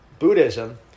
Buddhism